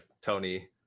Tony